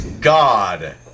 God